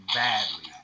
badly